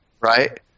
right